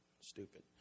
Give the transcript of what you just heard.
stupid